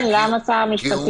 כן, למה שר המשפטים?